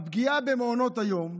הפגיעה במעונות היום,